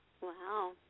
Wow